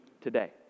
today